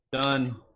Done